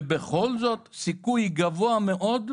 ובכל זאת סיכוי גבוה מאוד,